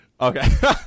Okay